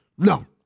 No